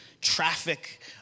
traffic